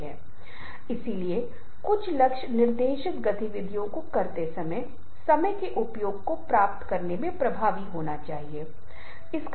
इसलिए दर्शकों के साथ साथ संदर्भ भी तय करेगा कि हम किस प्रकार की प्रस्तुति देख रहे हैं लेकिन मुझे आशा है कि यह आपको एक उदाहरण देता है कि मैं आपके साथ क्या साझा करना चाहता हूं